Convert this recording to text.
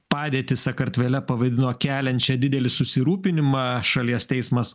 padėtį sakartvele pavadino keliančia didelį susirūpinimą šalies teismas